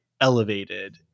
elevated